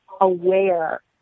aware